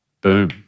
Boom